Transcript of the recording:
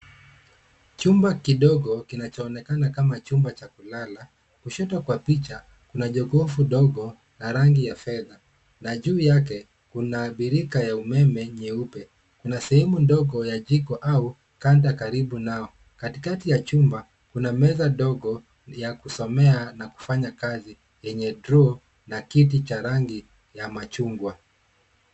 Chumba kidogo kinachoonekana kama chumba cha kulala. Kushoto kwa picha, kuna jokofu dogo la rangi ya fedha na juu yake, kuna birika ya umeme nyeupe. Kuna sehemu ndogo ya jiko au kanta karibu nao. Katikati ya chumba, kuna meza ndogo ya kusomea na kufanya kazi yenye draw na kiti cha rangi ya machungwa.